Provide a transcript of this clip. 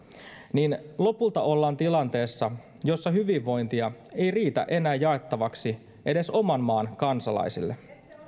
niin lopulta ollaan tilanteessa jossa hyvinvointia ei riitä enää jaettavaksi edes oman maan kansalaisille